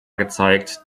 gezeigt